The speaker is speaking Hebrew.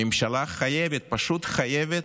הממשלה חייבת, פשוט חייבת,